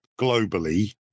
globally